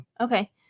Okay